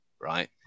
right